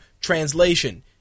translation